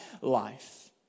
life